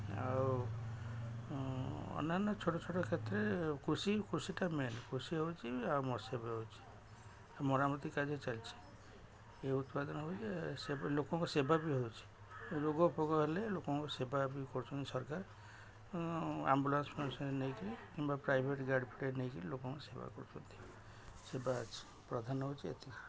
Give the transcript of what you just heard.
ଆଉ ଅନ୍ୟାନ୍ୟ ଛୋଟ ଛୋଟ କ୍ଷେତ୍ରରେ କୃଷି କୃଷିଟା ମେନ୍ କୃଷି ହେଉଛି ଆଉ ମତ୍ସ୍ୟ ବି ହେଉଛି ଆଉ ମରାମତି କାର୍ଯ୍ୟ ଚାଲିଛିି ଏ ଉତ୍ପାଦନ ହେଉଛି ସେବ ଲୋକଙ୍କ ସେବା ବି ହେଉଛିି ରୋଗଫୋଗ ହେଲେ ଲୋକଙ୍କ ସେବା ବି କରୁଛନ୍ତି ସରକାର ଆମ୍ବୁଲାନ୍ସ ନେଇକି କିମ୍ବା ପ୍ରାଇଭେଟ୍ ଗାଡ଼ି ଫାଡ଼ି ନେଇକିରି ଲୋକଙ୍କ ସେବା କରୁଛନ୍ତି ସେବା ଅଛି ପ୍ରଧାନ ହେଉଛି ଏତିକି